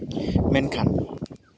ᱢᱮᱱᱠᱷᱟᱱ